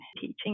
teaching